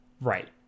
right